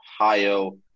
Ohio